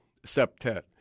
septet